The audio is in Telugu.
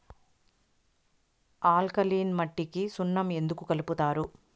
ఆల్కలీన్ మట్టికి సున్నం ఎందుకు కలుపుతారు